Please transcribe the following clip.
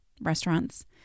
restaurants